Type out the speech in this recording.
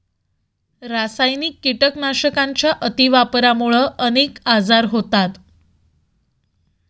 रासायनिक कीटकनाशकांच्या अतिवापरामुळे अनेक आजार होतात